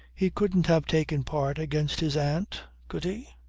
he couldn't have taken part against his aunt could he?